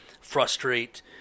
frustrate